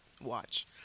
watch